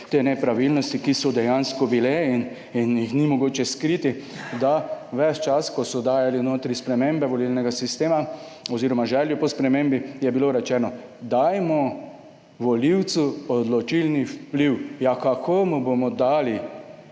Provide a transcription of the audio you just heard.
te nepravilnosti, ki so dejansko bile in jih ni mogoče skriti, da ves čas, ko so dajali notri spremembe volilnega sistema oziroma željo po spremembi, je bilo rečeno, dajmo volivcu odločilni vpliv. Ja, kako mu bomo dali